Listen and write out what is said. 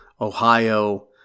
Ohio